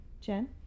Jen